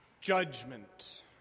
Judgment